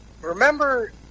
remember